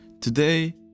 Today